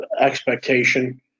expectation